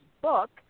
book